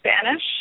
Spanish